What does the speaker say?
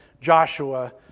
Joshua